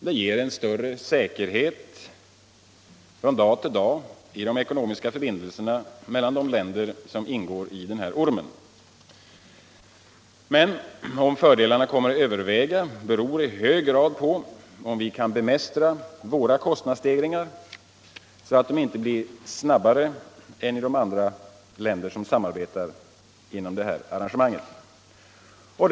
Det ger en större säkerhet från dag till dag i de ekonomiska förbindelserna mellan de länder som ingår i ormen. Men om fördelarna kommer att överväga beror i hög grad på om vi kan bemästra våra kostnadsstegringar, så att de inte blir snabbare än andra länders inom den s.k. ormen.